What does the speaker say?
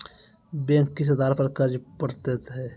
Bank किस आधार पर कर्ज पड़तैत हैं?